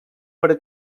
per